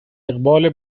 اقبال